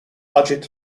budget